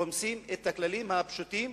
ורומסים את הכללים הפשוטים,